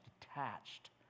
detached